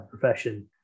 profession